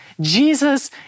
Jesus